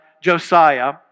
Josiah